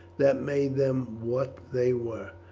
that made them what they were.